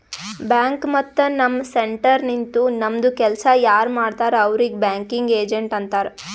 bank ಮತ್ತ ನಮ್ centre ನಿಂತು ನಮ್ದು ಕೆಲ್ಸಾ ಯಾರ್ ಮಾಡ್ತಾರ್ ಅವ್ರಿಗ್ ಬ್ಯಾಂಕಿಂಗ್ ಏಜೆಂಟ್ ಅಂತಾರ್